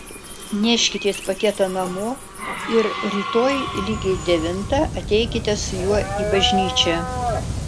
neškitės paketą namo ir rytoj lygiai devintą ateikite su juo į bažnyčią